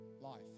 Life